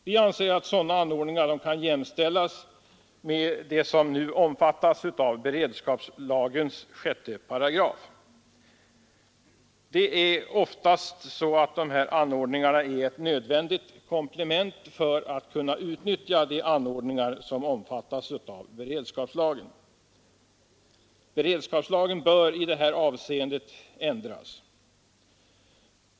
Vi anser att sådana anordningar kan jämställas med dem som nu omfattas av beredskapslagens 6 §. De är oftast ett nödvändigt komplement för att kunna utnyttja de anordningar som omfattas av beredskapslagen. Den lagen bör i detta avseende ändras.